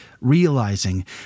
realizing